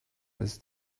ist